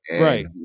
Right